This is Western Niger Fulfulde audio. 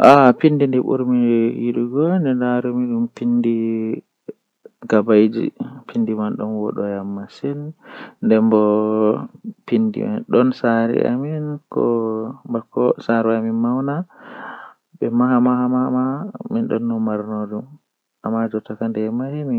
Mashin waawataa waɗde zaane, Kono zaane ko waɗal ɓuri haɓugol e neɗɗo, Sabu art woodani kaɓe njogorde e hakkilagol neɗɗo. Mashinji waawataa ɓe njikkita, Wawanɗe ngoodi e faama ɗi waɗi, Kono ɗuum no waawi heɓde gollal heɓugol e moƴƴi, e njogordi ɗi waɗa ɗi semmbugol. Ko art waɗata goɗɗum ngol, Waɗa